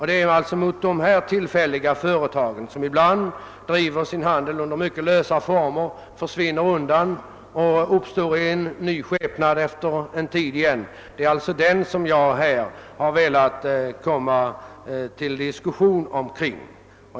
Det är alltså dessa tillfälliga företag, som ibland bedriver handel under mycket lösa former, företag som försvinner för en tid och sedan uppstår i ny skepnad, som jag har velat ta upp en diskussion omkring.